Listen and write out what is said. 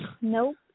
Nope